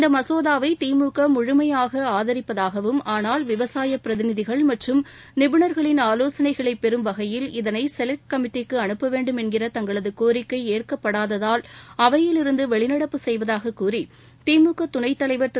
இந்த மசோதாவை திமுக முழுமையாக ஆதரிப்பதாகவும் ஆனால் விவசாய பிரதிநிதிகள் மற்றம் நிபுணா்களின் ஆலோசனைகளை பெறும் வகையில் இதனை செலக்ட் கமிட்டிக்கு அனுப்ப வேண்டும் என்கிற தங்களது கோரிக்கை ஏற்கப்படாததால் அவையிலிருந்து வெளிநடப்பு செய்வதாக கூறி திமுக துணைத்தலைவர் திரு